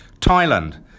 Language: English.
Thailand